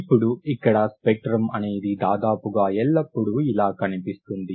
ఇప్పుడు ఇక్కడ స్పెక్ట్రం అనేది దాదాపుగా ఎల్లప్పుడూ ఇలా కనిపిస్తుంది